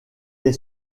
est